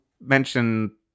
mention